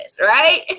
right